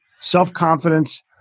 self-confidence